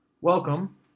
Welcome